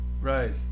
Right